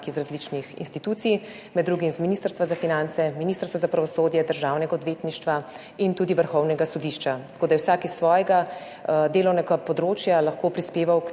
iz različnih institucij, med drugim z Ministrstva za finance, Ministrstva za pravosodje, Državnega odvetništva in tudi Vrhovnega sodišča, tako da je vsak s svojega delovnega področja lahko prispeval k